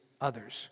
others